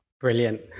Brilliant